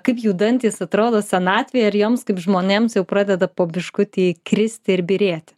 kaip jų dantys atrodo senatvėje ar joms kaip žmonėms jau pradeda po biškutį kristi ir byrėti